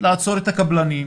לעצור את הקבלנים,